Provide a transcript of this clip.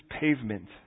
pavement